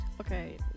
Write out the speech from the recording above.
Okay